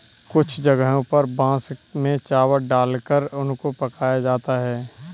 कुछ जगहों पर बांस में चावल डालकर उनको पकाया जाता है